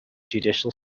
judicial